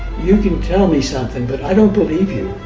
you can tell me something, but i don't believe you,